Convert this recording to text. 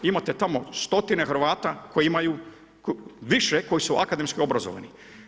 Imate tamo stotine Hrvata koji imaju više, koji su akademski obrazovani.